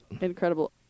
incredible